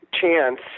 chance